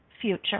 future